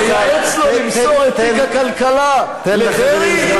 לייעץ לו למסור את תיק הכלכלה לדרעי,